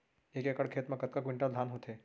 एक एकड़ खेत मा कतका क्विंटल धान होथे?